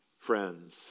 friends